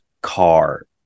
car